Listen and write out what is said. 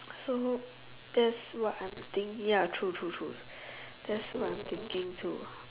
so that's what I'm think ya true true true that's what I'm thinking too